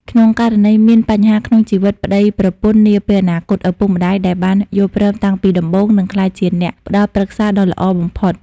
ក្នុងករណីមានបញ្ហាក្នុងជីវិតប្ដីប្រពន្ធនាពេលអនាគត ឪពុកម្ដាយដែលបានយល់ព្រមតាំងពីដំបូង នឹងក្លាយជាអ្នកផ្ដល់ប្រឹក្សាដ៏ល្អបំផុត។